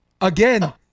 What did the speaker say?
Again